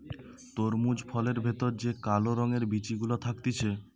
তরমুজ ফলের ভেতর যে কালো রঙের বিচি গুলা থাকতিছে